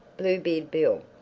bluebeard bill?